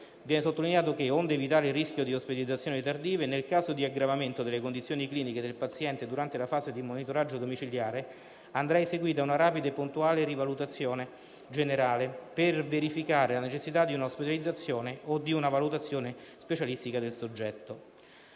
viene sottolineato che, onde evitare il rischio di ospedalizzazioni tardive, nel caso di aggravamento delle condizioni cliniche del paziente durante la fase di monitoraggio domiciliare, andrà eseguita una rapida e puntuale rivalutazione generale per verificare la necessità di un'ospedalizzazione o di una valutazione specialistica del soggetto.